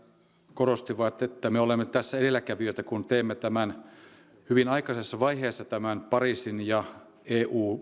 korostivat että me olemme tässä edelläkävijöitä kun teemme hyvin aikaisessa vaiheessa tämän pariisin ja